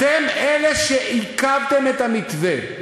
אתם אלה שעיכבתם את המתווה.